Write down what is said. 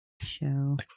show